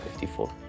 54